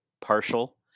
partial